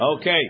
Okay